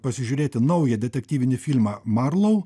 pasižiūrėti naują detektyvinį filmą marlau